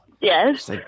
Yes